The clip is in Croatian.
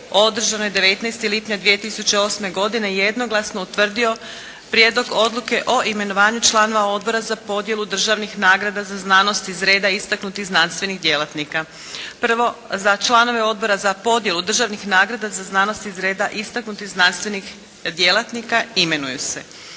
održanoj 19. lipnja 2008. godine jednoglasno utvrdio Prijedlog odluke o imenovanju članova Odbora za podjelu državnih nagrada za znanost iz reda istaknutih znanstvenih djelatnika. Prvo, za članove Odbora za podjelu državnih nagrada za znanost iz reda istaknutih znanstvenih djelatnika imenuju se: